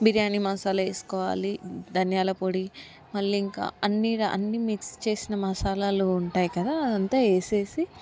బిర్యానీ మసాలా వేసుకోవాలి ధనియాల పొడి మళ్ళీ ఇంకా అన్ని అన్ని మిక్స్ చేసిన మసాలాలు ఉంటాయి కదా అదంతా వేసేసి